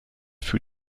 für